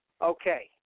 Okay